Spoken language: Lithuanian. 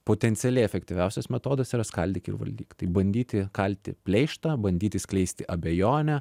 potencialiai efektyviausias metodas yra skaldyk ir valdyk tai bandyti kalti pleištą bandyti skleisti abejonę